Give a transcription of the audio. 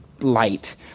light